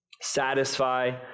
Satisfy